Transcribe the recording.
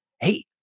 Hey